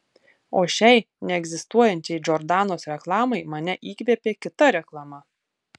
o šiai neegzistuojančiai džordanos reklamai mane įkvėpė kita reklama